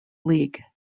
league